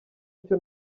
icyo